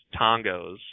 Tongos